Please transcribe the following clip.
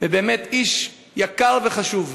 באמת איש יקר וחשוב.